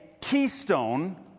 keystone